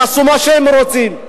יעשו מה שהם רוצים?